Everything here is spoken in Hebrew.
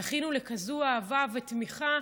זכינו לכזאת אהבה ותמיכה.